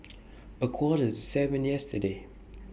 A Quarter to seven yesterday